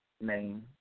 name